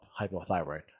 hypothyroid